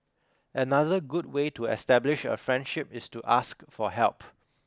another good way to establish a friendship is to ask for help